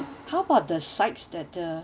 how about the sides that uh